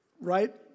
right